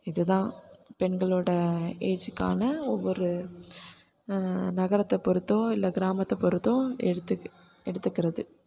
இதுதான் பெண்களோடய ஏஜுக்கான ஒவ்வொரு நகரத்தை பொறுத்தோ இல்லை கிராமத்தை பொறுத்தோ எடுத்து எடுத்துக்கிறது